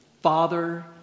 Father